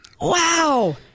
Wow